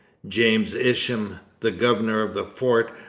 james isham, the governor of the fort,